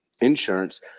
insurance